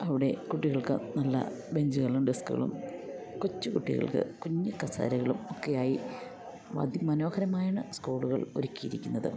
അവിടെ കുട്ടികൾക്ക് നല്ല ബെഞ്ചുകളും ഡെസ്ക്കുകളും കൊച്ചു കുട്ടികൾക്ക് കുഞ്ഞു കസേരകളും ഒക്കെയായി അതി മനോഹരമായാണ് സ്കൂളുകൾ ഒരുക്കിയിരിക്കുന്നത്